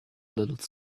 little